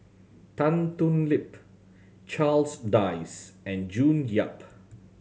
Tan Thoon Lip Charles Dyce and June Yap